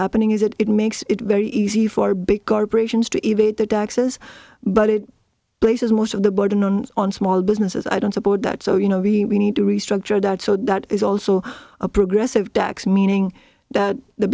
happening is that it makes it very easy for big corporations to evade the dax's but it places most of the burden on on small businesses i don't support that so you know we need to restructure that so that is also a progressive tax meaning that the